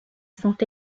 sont